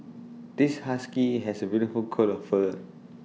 this husky has A beautiful coat of fur